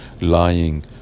lying